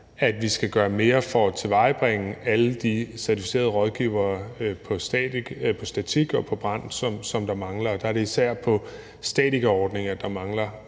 at vi skal gøre mere for at tilvejebringe alle de certificerede rådgivere på statik og på brand, som der mangler. Og der er det især på statikerordninger, der mangler